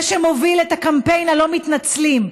זה שמוביל קמפיין ה"לא מתנצלים",